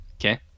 Okay